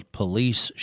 police